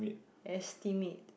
estimate